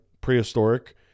prehistoric